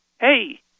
hey